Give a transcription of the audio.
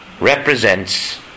represents